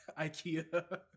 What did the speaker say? Ikea